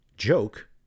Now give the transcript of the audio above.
Joke